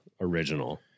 original